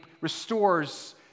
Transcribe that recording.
restores